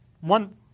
one